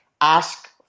ask